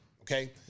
okay